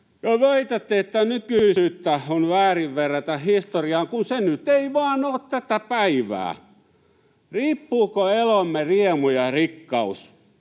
väitätte, että nykyisyyttä on väärin verrata historiaan, kun se nyt ei vaan ole tätä päivää. Riippuuko elomme riemu ja rikkaus